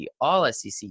all-SEC